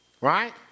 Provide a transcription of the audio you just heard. right